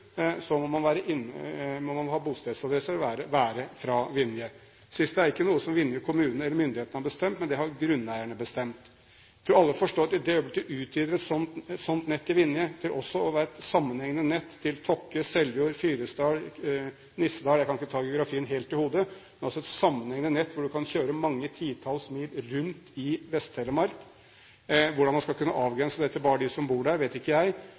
må man ha bostedsadresse i Vinje. Det siste er ikke noe som Vinje kommune eller myndighetene har bestemt. Det har grunneierne bestemt. Jeg tror alle forstår at i det øyeblikk man utvider et sånt nett i Vinje til også å være et sammenhengende nett til Tokke, Seljord, Fyresdal, Nissedal, jeg kan ikke ta geografien helt i hodet, hvor man kan kjøre mange titalls mil rundt i Vest-Telemark – hvordan man skal kunne avgrense det til bare dem som bor der, vet ikke jeg